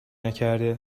نکرده